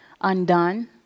undone